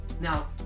Now